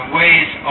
ways